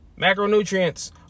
macronutrients